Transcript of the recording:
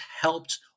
helped